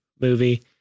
movie